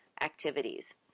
activities